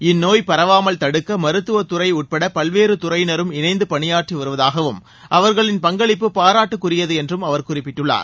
இந்நோய் பரவாமல் தடுக்க மருத்துவத் துறை உட்பட பல்வேறு துறையினரும் இணைந்து பணியாற்றி வருவதாகவும் அவர்களின் பங்களிப்பு பாராட்டுக்குரியது என்றும் அவர் குறிப்பிட்டுள்ளார்